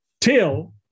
till